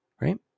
right